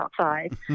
outside